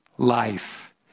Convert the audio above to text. Life